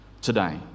today